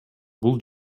бул